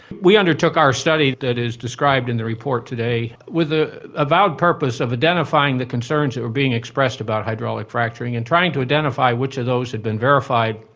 we undertook our study that is described in the report today with an ah avowed purpose of identifying the concerns that were being expressed about hydraulic fracturing and trying to identify which of those had been verified,